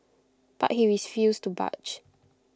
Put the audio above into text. but he refused to budge